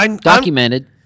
Documented